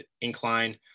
incline